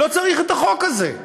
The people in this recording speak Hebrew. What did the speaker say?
לא צריך את החוק הזה.